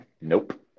Nope